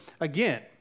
again